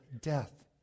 death